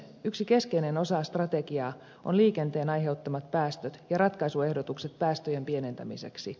yksi keskeinen osa strategiaa ovat liikenteen aiheuttamat päästöt ja ratkaisuehdotukset päästöjen pienentämiseksi